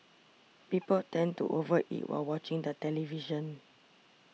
people tend to over eat while watching the television